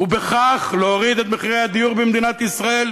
ובכך להוריד את מחירי הדיור במדינת ישראל.